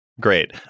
Great